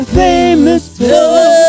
famous